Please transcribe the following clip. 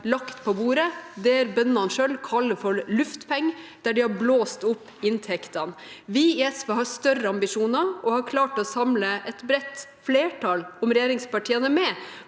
lagt på bordet det bøndene selv kaller for luftpenger, der de har blåst opp inntektene. Vi i SV har større ambisjoner og har klart å samle et bredt flertall, om regjeringspartiene er med,